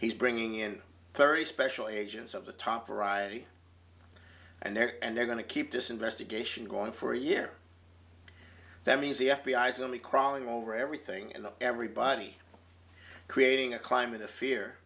he's bringing in very special agents of the top variety and they're and they're going to keep this investigation going for a year that means the f b i is only crawling over everything in the everybody creating a climate of fear